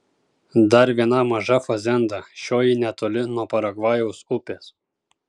dar viena maža fazenda šioji netoli nuo paragvajaus upės